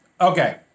Okay